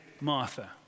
Martha